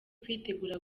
kwitegura